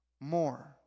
more